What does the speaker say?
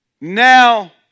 now